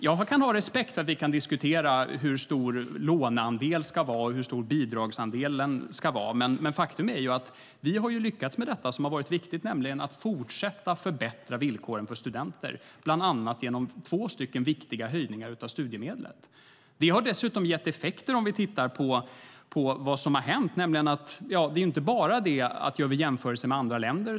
Jag kan ha respekt för att vi diskuterar hur stor låneandelen ska vara och hur stor bidragsandelen ska vara. Men faktum är att vi har lyckats med detta som har varit viktigt, nämligen att fortsätta att förbättra villkoren för studenter, bland annat genom två viktiga höjningar av studiemedlet. Det har dessutom gett effekter, om vi tittar på vad som har hänt. Det är inte bara det att vi är generösa om vi jämför med andra länder.